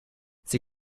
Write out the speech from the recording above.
sie